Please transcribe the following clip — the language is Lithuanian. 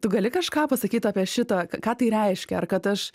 tu gali kažką pasakyt apie šitą ką tai reiškia ar kad aš